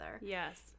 yes